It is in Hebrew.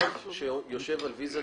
תושב שיושב על ויזת